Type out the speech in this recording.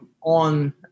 on